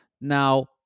Now